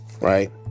Right